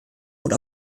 und